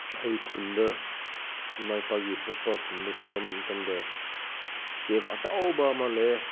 ꯑꯩꯒꯤ ꯈꯨꯟꯗ ꯏꯃꯥ ꯏꯄꯥꯒꯤ ꯄꯣꯛꯄ ꯈꯨꯟꯗ ꯆꯠꯄ ꯃꯇꯝꯗ ꯀꯦꯕ ꯑꯆꯧꯕ ꯑꯃ ꯂꯩꯌꯦ